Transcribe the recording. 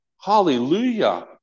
hallelujah